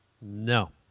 No